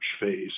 phase